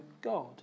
God